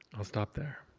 i'll stop there.